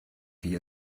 wie